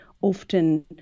often